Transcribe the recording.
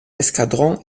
escadron